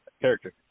character